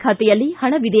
ಖಾತೆಯಲ್ಲಿ ಹಣವಿದೆ